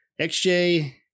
xj